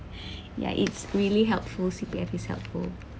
ya it's really helpful C_P_F is helpful